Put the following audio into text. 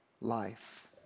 life